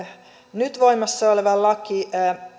nyt voimassa oleva laki